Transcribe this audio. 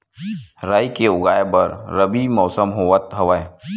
राई के उगाए बर रबी मौसम होवत हवय?